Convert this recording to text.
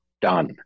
done